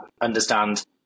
understand